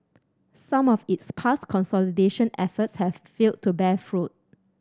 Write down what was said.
some of its past consolidation efforts have failed to bear fruit